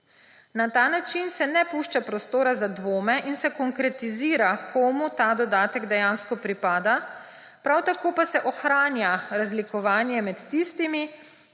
Na ta način se ne pušča prostora za dvome in se konkretizira, komu ta dodatek dejansko pripada, prav tako pa se ohranja razlikovanje med tistimi,